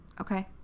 Okay